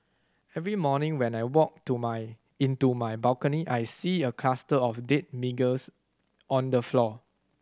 every morning when I walk to my into my balcony I see a cluster of dead on the floor